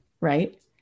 right